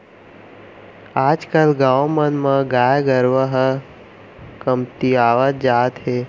आज कल गाँव मन म गाय गरूवा ह कमतियावत जात हे